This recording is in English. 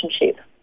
relationship